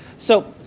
so,